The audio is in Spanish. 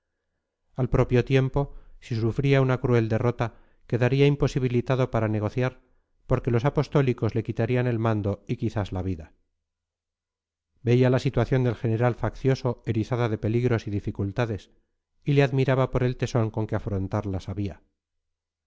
al propio tiempo si sufría una cruel derrota quedaría imposibilitado para negociar porque los apostólicos le quitarían el mando y quizás la vida veía la situación del general faccioso erizada de peligros y dificultades y le admiraba por el tesón con que afrontarla sabía